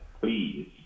please